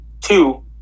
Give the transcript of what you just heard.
two